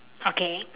okay